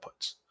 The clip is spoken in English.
outputs